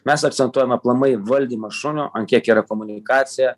mes akcentuojam aplamai valdymą šunio ant kiek yra komunikacija